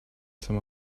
some